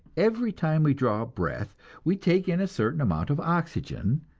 every time we draw a breath we take in a certain amount of oxygen,